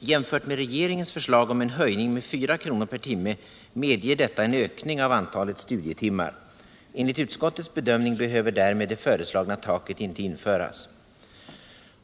Jämfört med regeringens förslag om en höjning med 4 kr. per timme medger detta en ökning av antalet studietimmar. Enligt utskottets bedömning behöver därmed det föreslagna taket inte införas.